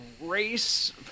race